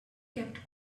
kept